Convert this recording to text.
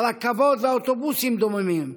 הרכבות והאוטובוסים דוממים,